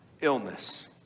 illness